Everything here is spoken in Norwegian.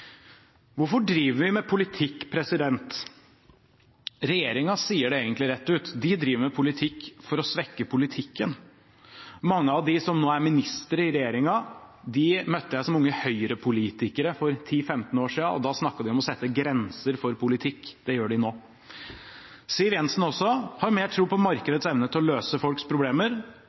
Hvorfor driver vi med politikk? Regjeringen sier det egentlig rett ut: De driver med politikk for å svekke politikken. Mange av dem som nå er ministere i regjeringen, møtte jeg som Unge Høyre-politikere for 10–15 år siden, og da snakket de om å sette grenser for politikk. Det gjør de nå. Også Siv Jensen har mer tro på markedets evne til å løse folks problemer